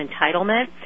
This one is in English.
entitlement